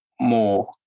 more